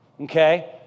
Okay